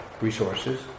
resources